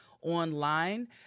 online